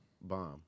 bomb